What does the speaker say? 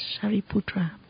Shariputra